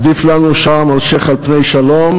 "עדיף לנו שארם-א-שיח' בלי שלום על פני שלום